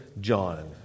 John